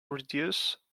reduce